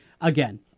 again